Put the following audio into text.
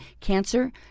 cancer